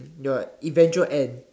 your eventual end